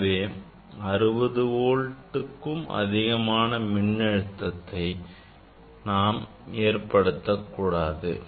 எனவே 60 வோல்ட்க்கும் அதிகமான மின் அழுத்தத்தை நாம் ஏற்படுத்தக் கூடாது